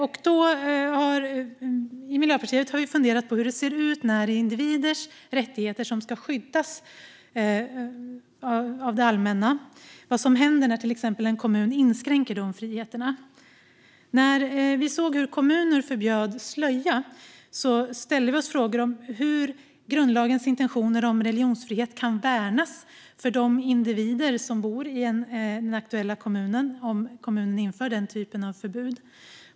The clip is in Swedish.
Vi i Miljöpartiet har funderat på vad som händer när till exempel en kommun inskränker individers friheter och rättigheter som ska skyddas av det allmänna. När vi såg hur kommuner förbjöd slöja ställde vi oss frågor om hur grundlagens intentioner om religionsfrihet kan värnas för de individer som bor i den aktuella kommunen om kommunen inför den typen av förbud.